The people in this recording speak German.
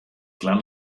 glen